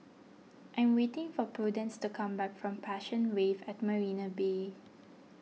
I am waiting for Prudence to come back from Passion Wave at Marina Bay